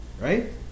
Right